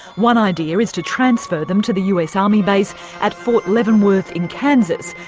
one idea is to transfer them to the us army base at fort leavenworth in kansas,